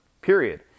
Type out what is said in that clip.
period